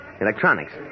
Electronics